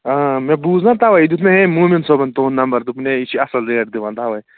آ مےٚ بوٗز نا تَوَے یہِ دیُت مےٚ أمۍ موٗمِن صٲبَن تُہُٕنٛد نمبر دوٚپُن ہے یہِ چھُے اَصٕل ریٹ دِوان تَوَے